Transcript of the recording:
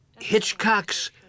Hitchcock's